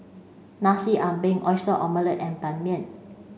Nasi Ambeng oyster omelette and Ban Mian